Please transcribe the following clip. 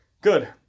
Good